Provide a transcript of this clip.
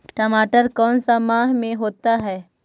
टमाटर कौन सा माह में होता है?